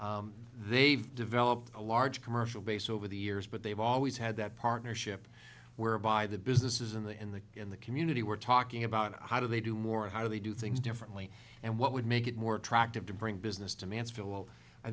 here they've developed a large commercial base over the years but they've always had that partnership whereby the business is in the in the in the community we're talking about how do they do more how do they do things differently and what would make it more attractive to bring business to mansfield well i